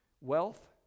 wealth